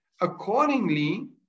Accordingly